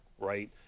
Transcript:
right